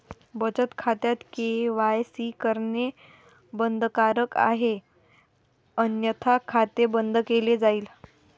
बचत खात्यात के.वाय.सी करणे बंधनकारक आहे अन्यथा खाते बंद केले जाईल